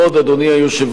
אדוני היושב-ראש,